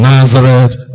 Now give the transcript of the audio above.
Nazareth